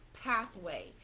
pathway